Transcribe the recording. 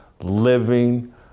living